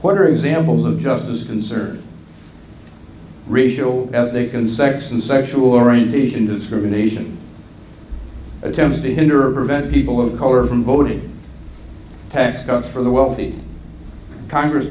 what are examples of justice concern racial ethnic and sex and sexual orientation discrimination attempts to hinder or prevent people of color from voting tax cuts for the wealthy congress